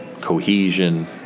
cohesion